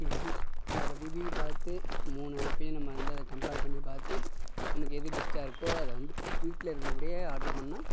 தேடி அதோடய ரிவியூ பார்த்து மூணு ஆப்பையும் நம்ம வந்து அதை கம்ப்பேர் பண்ணி பார்த்து நமக்கு எது பெஸ்ட்டாக இருக்கோ அதை வந்து வீட்டில இருந்தபடியே ஆர்டர் பண்ணுணா